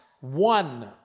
one